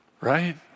right